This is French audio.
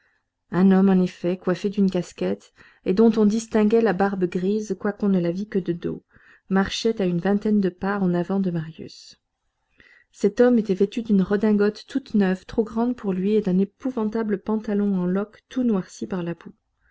un homme en effet coiffé d'une casquette et dont on distinguait la barbe grise quoiqu'on ne le vît que de dos marchait à une vingtaine de pas en avant de marius cet homme était vêtu d'une redingote toute neuve trop grande pour lui et d'un épouvantable pantalon en loques tout noirci par la